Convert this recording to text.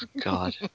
God